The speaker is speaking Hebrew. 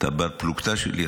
אתה בר-פלוגתא שלי,